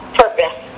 purpose